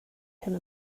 hyn